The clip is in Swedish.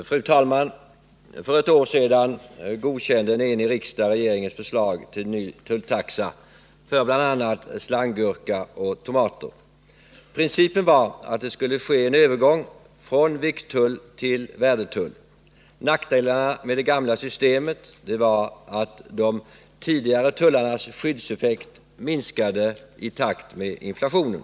Fru talman! För ett år sedan godkände en enig riksdag regeringens förslag till ny tulltaxa för bl.a. slanggurkor och tomater. Principen var att det skulle ske en övergång från vikttull till värdetull. Nackdelarna med det gamla systemet var att de tidigare tullarnas skyddseffekt minskade i takt med inflationen.